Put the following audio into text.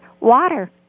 Water